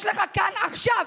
יש לך כאן, עכשיו,